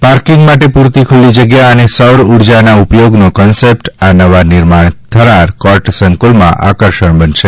parking માટે પૂરતી ખુલ્લી જગ્યા અને સૌરઉર્જાના ઉપયોગનો કોન્સેપ્ટ આ નવા નિર્માણ થનાર કોર્ટ સંક્રલમાં આકર્ષણ બનશે